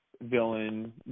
villain